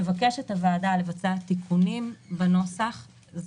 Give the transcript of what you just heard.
מבקשת הוועדה לבצע תיקונים בנוסח זה